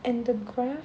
and the graph